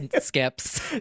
Skips